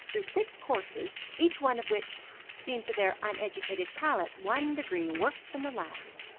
through six courses, each one of which seemed to their uneducated palate one degree worse than the last.